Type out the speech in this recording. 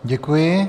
Děkuji.